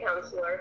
counselor